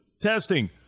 testing